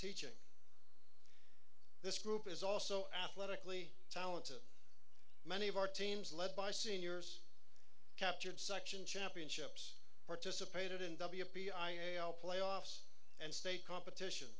teaching this group is also athletically talent many of our teams led by seniors captured section championships participated in the b a b i am playoffs and state competition